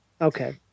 Okay